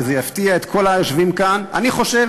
וזה יפתיע את כל היושבים כאן: אני חושב